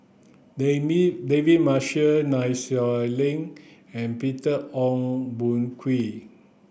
David Marshall Nai Swee Leng and Peter Ong Boon Kwee